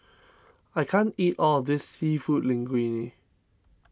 I can't eat all of this Seafood Linguine